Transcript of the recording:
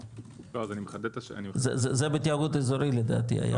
זה בתיאגוד אזורי לדעתי.